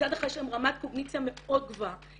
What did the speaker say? שמצד אחד יש להם רמת קוגניציה מאוד גבוהה